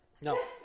No